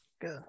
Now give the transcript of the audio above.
Good